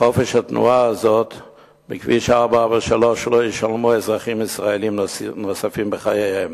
חופש התנועה הזה בכביש 443 לא ישלמו אזרחים ישראלים נוספים בחייהם.